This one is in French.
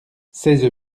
seize